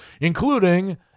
including